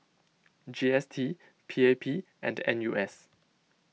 G S T P A P and N U S